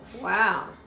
wow